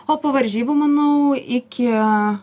o po varžybų manau iki